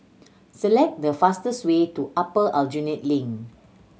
select the fastest way to Upper Aljunied Link